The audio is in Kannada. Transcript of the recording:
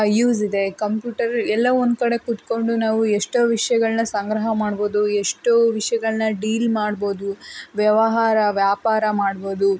ಯೂಸ್ ಇದೆ ಕಂಪ್ಯೂಟರ್ ಎಲ್ಲೋ ಒಂದುಕಡೆ ಕುತ್ಕೊಂಡು ನಾವು ಎಷ್ಟೋ ವಿಷಯಗಳ್ನ ಸಂಗ್ರಹ ಮಾಡ್ಬೋದು ಎಷ್ಟೋ ವಿಷಯಗಳ್ನ ಡೀಲ್ ಮಾಡ್ಬೋದು ವ್ಯವಹಾರ ವ್ಯಾಪಾರ ಮಾಡ್ಬೋದು